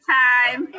time